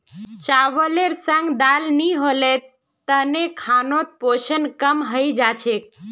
चावलेर संग दाल नी होल तने खानोत पोषण कम हई जा छेक